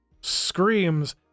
screams